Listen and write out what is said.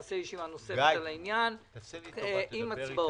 נעשה ישיבה נוספת בעניין עם הצבעות.